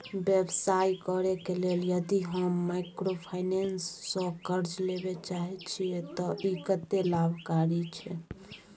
व्यवसाय करे के लेल यदि हम माइक्रोफाइनेंस स कर्ज लेबे चाहे छिये त इ कत्ते लाभकारी छै?